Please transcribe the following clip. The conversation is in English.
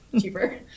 cheaper